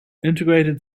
integrated